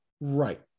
Right